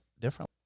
differently